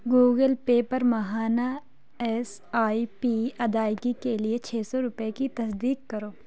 Google Pay پر ماہانہ S I P ادائیگی کے لیے چھ سو روپئے کی تصدیق کرو